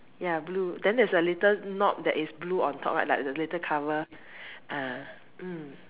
ya blue then there's a little knob that is blue on top right like the little cover uh mm